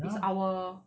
it's our